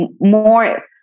more